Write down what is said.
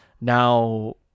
now